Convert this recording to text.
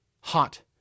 Hot